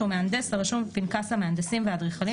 שהוא מהנדס הרשום בפנקס המהנדסים והאדריכלים